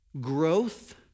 Growth